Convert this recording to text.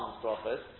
prophets